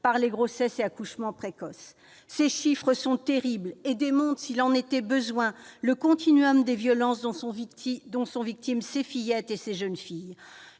par les grossesses et accouchements précoces. Ces chiffres sont terribles et démontrent, s'il en était besoin, le des violences dont sont victimes ces fillettes et ces jeunes filles.